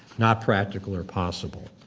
not practical or possible.